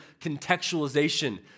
contextualization